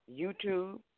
YouTube